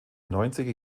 neunziger